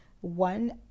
one